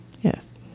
yes